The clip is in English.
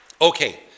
Okay